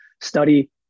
study